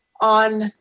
on